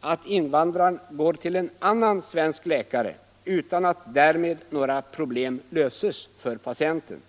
att invandrare går till en annan svensk läkare utan att därmed några problem löses för patienten.